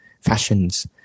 fashions